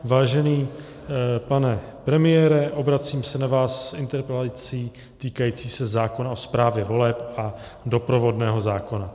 Vážený pane premiére, obracím se na vás s interpelací týkající se zákona o správě voleb a doprovodného zákona.